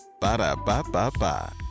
Ba-da-ba-ba-ba